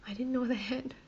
I didn't know that